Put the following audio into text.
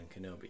Kenobi